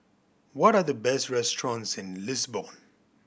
what are the best restaurants in Lisbon